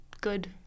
good